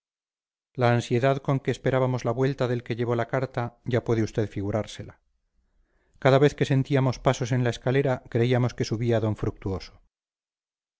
la ansiedad con que esperábamos la vuelta del que llevó la carta ya puede usted fígurársela cada vez que sentíamos pasos en la escalera creíamos que subía d fructuoso